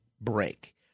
break